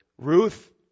Ruth